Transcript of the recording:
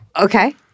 Okay